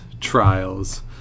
trials